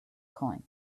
coins